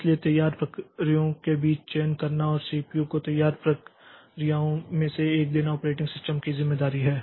इसलिए तैयार प्रक्रियाओं के बीच चयन करना और सीपीयू को तैयार प्रक्रियाओं में से एक देना ऑपरेटिंग सिस्टम की ज़िम्मेदारी है